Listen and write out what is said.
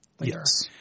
Yes